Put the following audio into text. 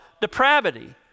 depravity